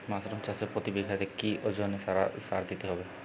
Mushroom চাষে প্রতি বিঘাতে কি ওজনে সার দিতে হবে?